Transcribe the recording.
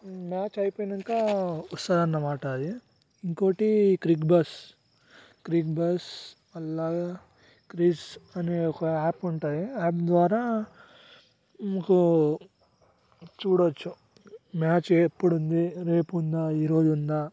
match అయిపోయినాక వస్తుంది అన్నమాట అది ఇంకోటి క్రిక్బస్ క్రిక్బస్ అలాగా క్రిజ్ అనే యాప్ ఉంటుంది ఆ యాప్ ద్వారా చూడవచ్చు మ్యాచ్ ఎప్పుడుంది రేపు ఉందా ఈరోజు ఉందా